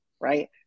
Right